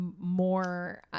more